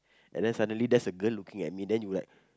and then suddenly there's a girl looking at me then you like